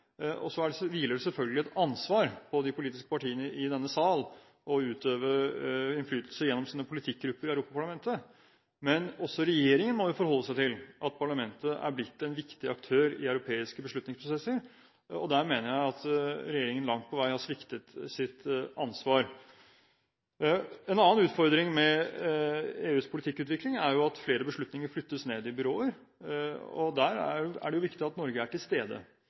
Og så hviler det selvfølgelig et ansvar på de politiske partiene i denne sal for å utøve innflytelse gjennom sine politikkgrupper i Europaparlamentet. Men også regjeringen må forholde seg til at parlamentet er blitt en viktig aktør i europeiske beslutningsprosesser, og der mener jeg at regjeringen langt på vei har sviktet sitt ansvar. En annen utfordring med EUs politikkutvikling er at flere beslutninger flyttes ned i byråer, og der er det viktig at Norge er til stede,